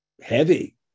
heavy